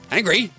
Angry